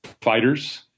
fighters